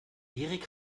erik